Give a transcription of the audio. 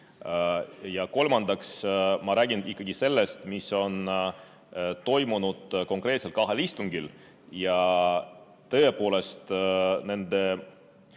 Ja kolmandaks, ma räägin ikkagi sellest, mis toimus konkreetsel kahel istungil. Ja tõepoolest, nende